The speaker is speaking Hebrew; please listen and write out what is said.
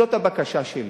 זו הבקשה שלי: